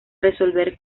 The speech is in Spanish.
resolver